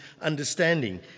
understanding